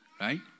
right